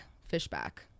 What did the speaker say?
Fishback